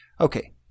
Okay